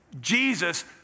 Jesus